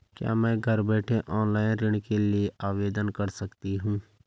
क्या मैं घर बैठे ऑनलाइन ऋण के लिए आवेदन कर सकती हूँ?